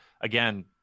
again